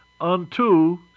unto